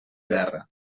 guerra